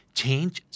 change